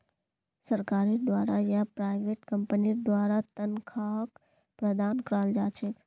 सरकारेर द्वारा या प्राइवेट कम्पनीर द्वारा तन्ख्वाहक प्रदान कराल जा छेक